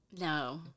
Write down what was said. no